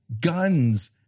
guns